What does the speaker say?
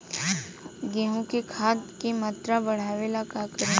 गेहूं में खाद के मात्रा बढ़ावेला का करी?